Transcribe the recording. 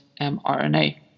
mRNA